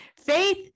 faith